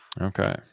okay